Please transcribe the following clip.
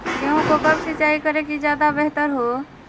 गेंहू को कब सिंचाई करे कि ज्यादा व्यहतर हो?